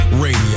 Radio